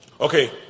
Okay